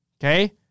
Okay